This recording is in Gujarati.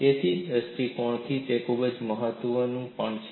તેથી તે દૃષ્ટિકોણથી તે ખૂબ જ મહત્વપૂર્ણ છે